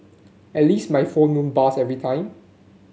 at least my phone won't buzz every time